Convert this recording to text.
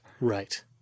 Right